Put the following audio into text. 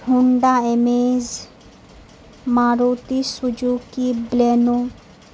Honda Amaze Maruti Suzuki Baleno